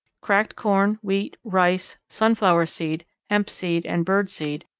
cracked corn, wheat, rice, sunflower seed, hemp seed, and bird seed,